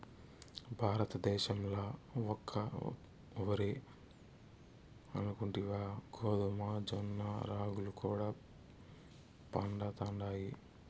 భారతద్దేశంల ఒక్క ఒరే అనుకుంటివా గోధుమ, జొన్న, రాగులు కూడా పండతండాయి